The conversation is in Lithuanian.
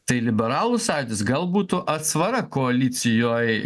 tai liberalų sąjūdis gal būtų atsvara koalicijoj